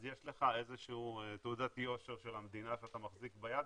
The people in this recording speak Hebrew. אז יש לך איזו שהיא תעודת יושר של המדינה שאתה מחזיק ביד,